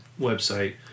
website